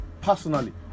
personally